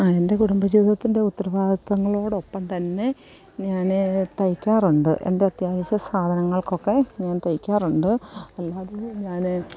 ആ എന്റെ കുടുംബ ജീവിതത്തിൻറെ ഉത്തരവാദിത്വങ്ങളോടൊപ്പം തന്നെ ഞാൻ തയ്ക്കാറുണ്ട് എൻറെ അത്യാവശ്യ സാധനങ്ങൾക്കൊക്കെ ഞാൻ തയ്ക്കാറുണ്ട് അല്ലാതെയും ഞാൻ